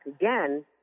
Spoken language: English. again